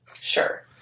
Sure